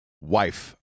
wife